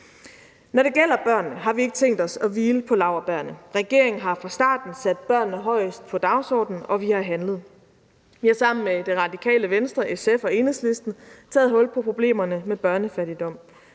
Når det gælder børnene, har vi ikke tænkt os at hvile på laurbærrene. Regeringen har fra starten sat børnene øverst på dagsordenen, og vi har handlet. Vi har sammen med Det Radikale Venstre, SF og Enhedslisten taget hul på problemerne med børnefattigdom.